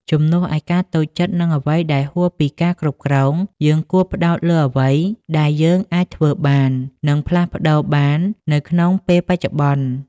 ជំនួសឱ្យការតូចចិត្តនឹងអ្វីដែលហួសពីការគ្រប់គ្រង យើងគួរផ្តោតលើអ្វីដែលយើងអាចធ្វើបាន និងផ្លាស់ប្តូរបាននៅក្នុងពេលបច្ចុប្បន្ន។